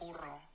burro